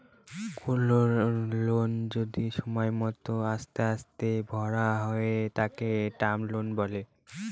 কোনো লোন যদি সময় মত আস্তে আস্তে ভরা হয় তাকে টার্ম লোন বলে